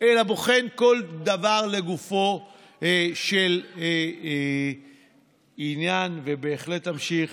אלא בוחן כל דבר לגופו של עניין ובהחלט אמשיך